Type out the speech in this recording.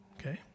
Okay